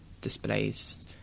displays